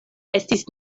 estis